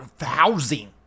housing